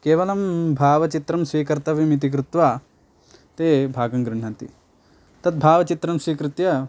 केवलं भावचित्रं स्वीकर्तव्यमिति कृत्वा ते भागं गृह्णन्ति तद् भावचित्रं स्वीकृत्य